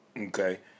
okay